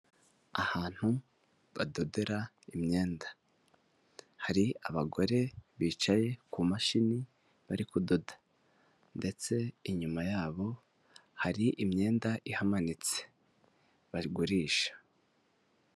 Ahantu badodera imyenda. Hari abagore bicaye ku mashini bari kudoda ndetse inyuma yabo hari imyenda ihamanitse bagurisha.